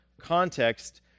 context